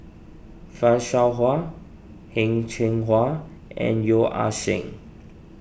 Fan Shao Hua Heng Cheng Hwa and Yeo Ah Seng